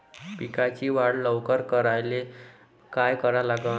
पिकाची वाढ लवकर करायले काय करा लागन?